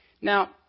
Now